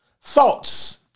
thoughts